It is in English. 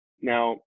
now